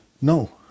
No